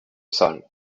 salle